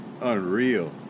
unreal